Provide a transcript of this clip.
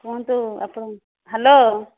କୁହନ୍ତୁ ଆପଣ ହେଲୋ